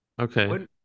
Okay